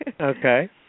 Okay